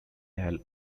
hell